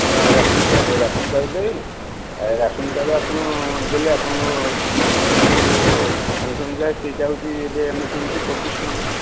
ହଁ ରାସନ୍ ଚାଉଳ ରାସନ୍ ଚାଉଳଟା ଯେ ରାସନ୍ ଚାଉଳ ଆପଣ ଦେଲେ ଆପଣଙ୍କ କିନ୍ତୁ ଆଣିଛନ୍ତି ଯାହା ସେଇଟା ହେଉଛି ଏବେ ସେଟା ଆମେ କିଣିଛୁ ପଚିଶ ଟଙ୍କାରେ